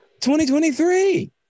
2023